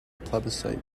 plebiscite